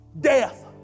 Death